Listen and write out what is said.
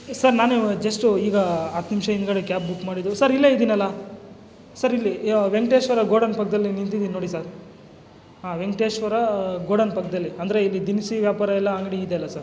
sir ನಾನಿವಾಗ just ಈಗ ಹತ್ತು ನಿಮಿಷ ಹಿಂದುಗಡೆ ಕ್ಯಾಬ್ ಬುಕ್ ಮಾಡಿದ್ದು ಸರ್ ಇಲ್ಲೇ ಇದ್ದೀನಲ್ಲ ಸರ್ ಇಲ್ಲಿ ವೆಂಕಟೇಶ್ವರ ಗೋ ಡೌನ್ ಪಕ್ಕದಲ್ಲಿ ನಿಂತಿದ್ದೀನಿ ನೋಡಿ ಸರ್ ಹಾಂ ವೆಂಕಟೇಶ್ವರ ಗೋ ಡೌನ್ ಪಕ್ಕದಲ್ಲಿ ಅಂದರೆ ಇಲ್ಲಿ ದಿನಸಿ ವ್ಯಾಪಾರ ಎಲ್ಲ ಅಂಗಡಿ ಇದೆ ಅಲ್ಲ ಸರ್